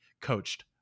coached